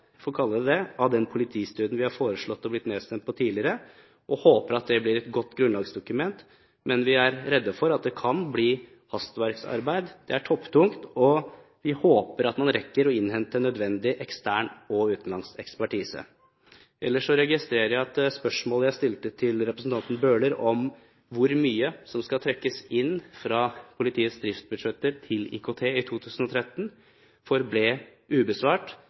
får kalle den det – av den politistudien vi har foreslått og blitt nedstemt på tidligere. Vi håper det blir et godt grunnlagsdokument, men vi er redd for at det kan bli hastverksarbeid. Det er topptungt, og vi håper man rekker å innhente ekstern og utenlandsk ekspertise. Ellers registrerer jeg at spørsmålet jeg stilte til representanten Bøhler om hvor mye som skal trekkes inn fra politiets driftsbudsjetter til IKT i 2013, forble ubesvart.